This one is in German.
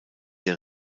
der